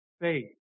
faith